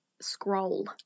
Scroll